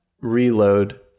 reload